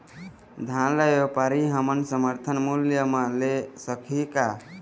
धान ला व्यापारी हमन समर्थन मूल्य म ले सकही का?